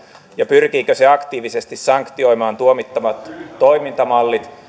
ja pyrkiikö se aktiivisesti sanktioimaan tuomittavat toimintamallit